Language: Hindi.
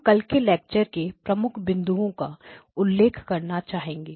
हम कल के लेक्चर के प्रमुख बिंदुओं का उल्लेख करना चाहेंगे